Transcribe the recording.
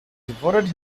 devoted